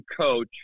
coach